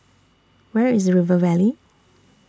Where IS River Valley